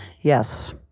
Yes